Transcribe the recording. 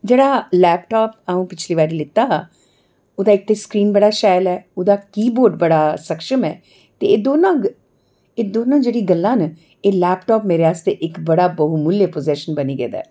जेह्ड़ा लैपटाप अऊं पिछली बार लैता हा ओह्दा इक ते स्क्रीन बड़ा शैल ऐ ओह्दा की बोर्ड बड़ा सक्षम ऐ ते एह् दोनों जेह्ड़ी गल्लां न एह् लैपटाप नेरे आस्ते इक बड़ी बहूमूल्य पोजैशन बनी गेदा ऐ